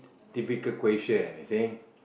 typical question you see